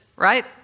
right